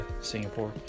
Singapore